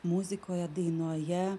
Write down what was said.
muzikoje dainoje